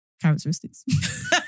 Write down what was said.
Characteristics